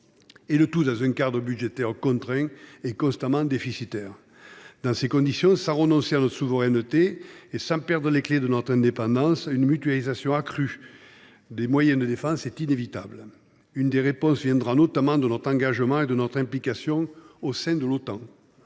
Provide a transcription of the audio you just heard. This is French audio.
le cadre budgétaire demeurera contraint et constamment déficitaire. Dans ces conditions, sans renoncer à notre souveraineté et sans perdre les clés de notre indépendance une mutualisation encore accrue des moyens de défense est inévitable. Une des réponses viendra notamment de notre engagement et de notre implication au sein de l’Otan.